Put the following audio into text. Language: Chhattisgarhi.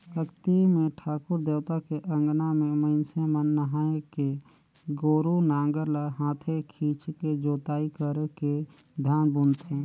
अक्ती मे ठाकुर देवता के अंगना में मइनसे मन नहायके गोरू नांगर ल हाथे खिंचके जोताई करके धान बुनथें